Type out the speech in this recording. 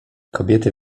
kobiety